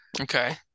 okay